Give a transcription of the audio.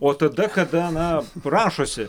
o tada kada na prašosi